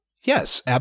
Yes